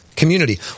community